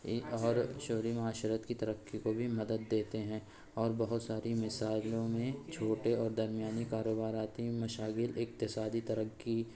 اور شہری معاشرت کی ترقی کو بھی مدد دیتے ہیں اور بہت ساری مثالوں میں چھوٹے اور درمیانی کاروباراتی مشاغل اقتصادی ترقی